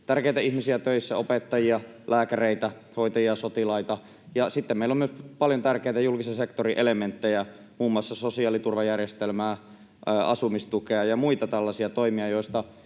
tärkeitä ihmisiä töissä, opettajia, lääkäreitä, hoitajia, sotilaita, ja sitten meillä on myöskin paljon tärkeitä julkisen sektorin elementtejä, muun muassa sosiaaliturvajärjestelmää, asumistukea ja muita tällaisia toimia, joista